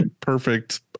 perfect